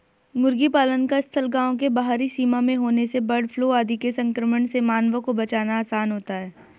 मुर्गी पालन का स्थल गाँव के बाहरी सीमा में होने से बर्डफ्लू आदि के संक्रमण से मानवों को बचाना आसान होता है